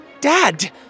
Dad